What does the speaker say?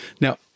Now